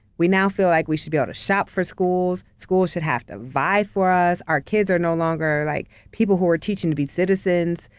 we now feel like we should be able to shop for schools. schools should have to vie for us. our kids are no longer like people who are teaching to be citizens,